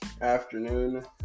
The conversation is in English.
afternoon